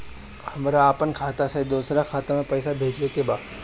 हमरा आपन खाता से दोसरा खाता में पइसा भेजे के बा